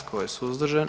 Tko je suzdržan?